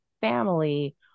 family